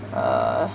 err